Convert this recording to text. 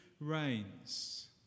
reigns